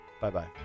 Bye-bye